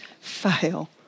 fail